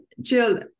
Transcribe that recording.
Jill